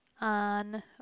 on